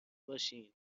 باشین